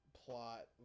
plot